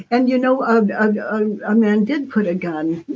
and you know um and um a man did put a gun,